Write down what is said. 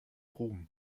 ruhm